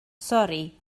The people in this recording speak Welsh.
sori